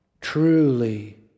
truly